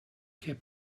kept